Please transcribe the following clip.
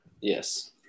Yes